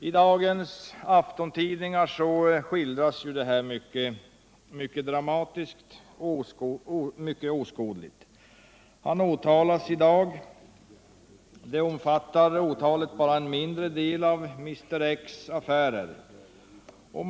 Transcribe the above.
I dagens aftontidningar skildras detta mycket dramatiskt och åskådligt. Mr X åtalas i dag. Åtalet omfattar bara en mindre del av de affärer Mr X har gjort.